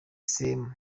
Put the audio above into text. same